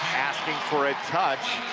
asking for a touch.